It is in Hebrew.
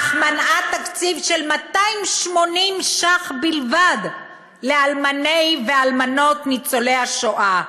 אך מנעה תקציב של 280 שקלים בלבד לאלמני ואלמנות ניצולי השואה.